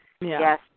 Yes